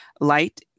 light